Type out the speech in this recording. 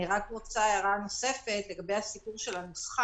אני רק רוצה הערה נוספת לגבי הסיפור של הנוסחה.